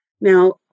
Now